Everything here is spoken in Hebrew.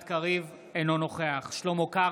אינו נוכח שלמה קרעי,